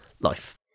life